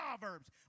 Proverbs